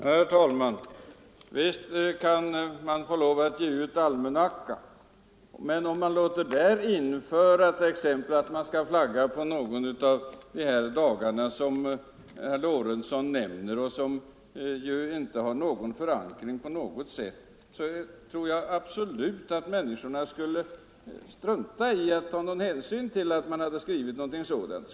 Herr talman! Visst kan man få lov att ge ut almanacka. Men om man låter där införa t.ex. att man skall flagga på någon av de här dagarna som herr Lorentzon nämner och som ju inte har förankring på något sätt, tror jag absolut att människorna skulle avstå från att flagga på dessa dagar.